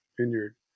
vineyard